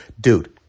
dude